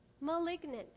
malignant